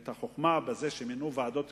את החוכמה בזה שמינו ועדות קרואות,